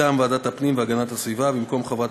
מטעם ועדת הפנים והגנת הסביבה: במקום חברת